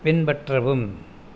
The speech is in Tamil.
பின்பற்றவும்